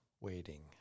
waiting